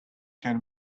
can